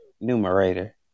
Numerator